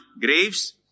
graves